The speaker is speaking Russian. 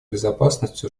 безопасности